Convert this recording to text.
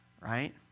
right